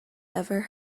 ever